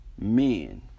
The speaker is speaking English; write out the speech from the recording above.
men